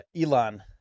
Elon